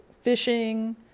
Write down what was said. fishing